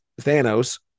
thanos